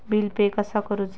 Bill pay कसा करुचा?